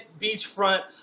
beachfront